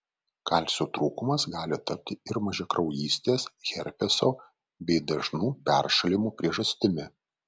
kalcio trūkumas gali tapti ir mažakraujystės herpeso bei dažnų peršalimų priežastimi